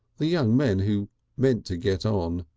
the young men who meant to get on.